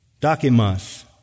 Dakimas